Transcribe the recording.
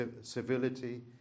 civility